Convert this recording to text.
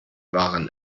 waren